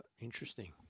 Interesting